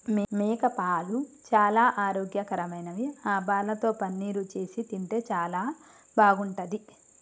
మేకపాలు చాలా ఆరోగ్యకరమైనవి ఆ పాలతో పన్నీరు చేసి తింటే చాలా బాగుంటది